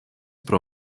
pro